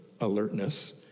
alertness